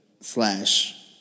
slash